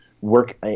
work